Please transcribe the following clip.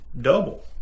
double